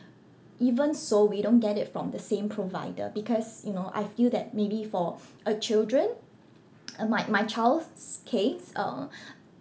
even so we don't get it from the same provider because you know I feel that maybe for uh children my my child's case uh